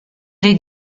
les